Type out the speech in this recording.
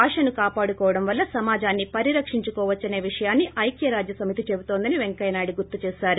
భాషను కాపాడుకోవడం వల్ల సమాజాన్ని ్పరిరక్షించుకోవచ్చనే విషయాన్ని ఐక్యరాజ్యసమితి చెబుతోందని పెంకయ్యనాయుడు గుర్తు చేశారు